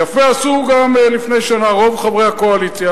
יפה עשו גם לפני שנה רוב חברי הקואליציה,